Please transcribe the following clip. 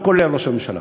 לא כולל ראש הממשלה.